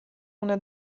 una